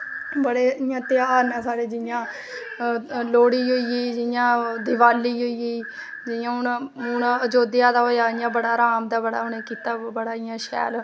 बड़े इयां ध्याह्र नै साढ़ै जियां जियां लोह्ड़ी होई गेई जियां दिवाली होई गेई जियां हून आयोध्य दा होया इया बड़ा राम दा बड़ा उने कीता बड़ा इयां शैल